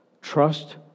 trust